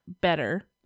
better